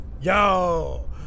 Yo